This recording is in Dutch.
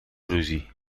ruzie